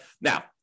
Now